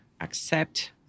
accept